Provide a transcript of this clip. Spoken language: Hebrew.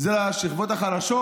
זה השכבות החלשות.